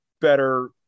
better